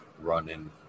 running